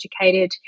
educated